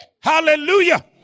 Hallelujah